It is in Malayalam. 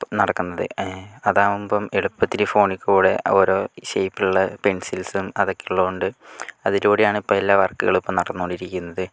ഇപ്പം നടക്കുന്നത് അതാകുമ്പോൾ എളുപ്പത്തിൽ ഫോണില് കൂടി ഓരോ ഷേപ്പിലുള്ള പെൻസിൽസും അതൊക്കെ ഉള്ളതുകൊണ്ട് അതിലൂടെയാണ് ഇപ്പോൾ എല്ലാ വര്ക്കുകളും ഇപ്പോൾ നടന്നുകൊണ്ടിരിക്കുന്നത്